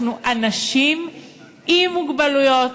אנחנו אנשים עם מוגבלויות.